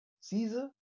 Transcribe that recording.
Caesar